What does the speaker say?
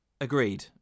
Agreed